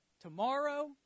tomorrow